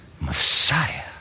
Messiah